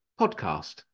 podcast